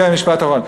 כן, משפט אחרון.